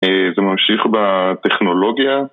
זה ממשיך בטכנולוגיה